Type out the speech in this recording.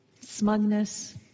smugness